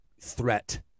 threat